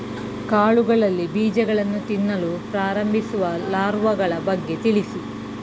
ಕಾಳುಗಳಲ್ಲಿ ಬೀಜಗಳನ್ನು ತಿನ್ನಲು ಪ್ರಾರಂಭಿಸುವ ಲಾರ್ವಗಳ ಬಗ್ಗೆ ತಿಳಿಸಿ?